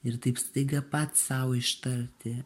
ir taip staiga pats sau ištarti